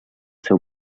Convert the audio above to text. seu